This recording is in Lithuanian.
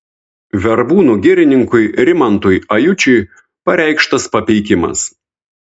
verbūnų girininkui rimantui ajučiui pareikštas papeikimas